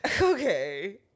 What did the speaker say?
okay